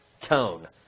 tone